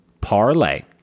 parlay